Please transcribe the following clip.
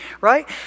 right